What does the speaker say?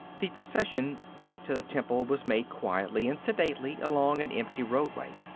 the procession back to the temple was made quietly and sedately along an empty roadway.